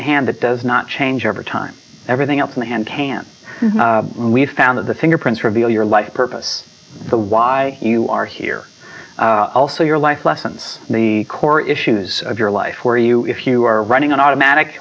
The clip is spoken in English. the hand that does not change over time everything else in the hand can we found that the fingerprints reveal your life's purpose the why you are here also your life lessons the core issues of your life where you if you were running an autumn attic